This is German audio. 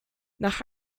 nach